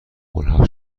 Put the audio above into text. ملحق